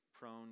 prone